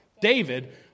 David